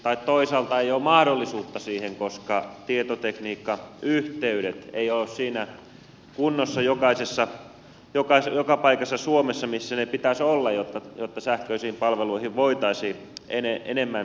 tai toisaalta ei ole mahdollisuutta siihen koska tietotekniikkayhteydet eivät ole siinä kunnossa jokaisessa paikassa suomessa missä niiden pitäisi olla jotta sähköisiin palveluihin voitaisiin enemmän siirtyä